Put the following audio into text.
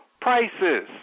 prices